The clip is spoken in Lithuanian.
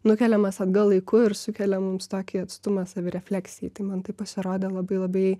nukeliamas atgal laiku ir sukelia mums tokį atstumą savirefleksijai tai man tai pasirodė labai labai